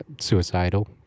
suicidal